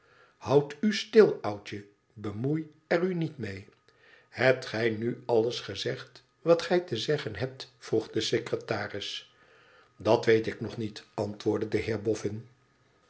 houd u stil oudje bemoei er u niet mee hebt gij nu alles gezegd wat gij te zeggen hebt vroeg de secretaris dat weet ik nog niet antwoordde de